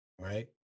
right